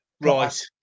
right